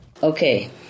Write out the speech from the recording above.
Okay